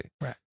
Right